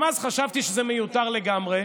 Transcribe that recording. גם אז חשבתי שזה מיותר לגמרי.